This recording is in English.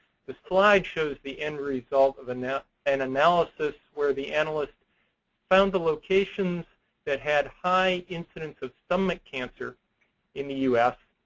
the slide shows the end result of an yeah and analysis, where the analyst found the locations that had high incidence of stomach cancer in the us,